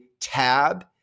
tab